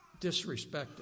disrespected